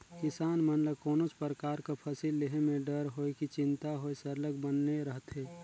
किसान मन ल कोनोच परकार कर फसिल लेहे में डर होए कि चिंता होए सरलग बनले रहथे